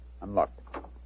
Unlocked